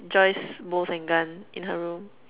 Joy's bows and gun in her room